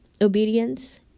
obedience